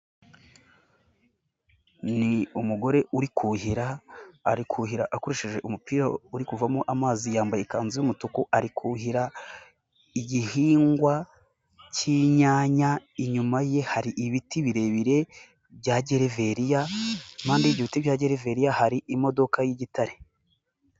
Ni umugore uri kuhira, ari kuhira akoresheje umupira uri kuvamo amazi yambaye ikanzu y'umutuku, ari kuhira igihingwa cy'inyanya, inyuma ye hari ibiti birebire bya gereveriya, impande y'ibyo biti bya gereveriya hari imodoka y'igitare.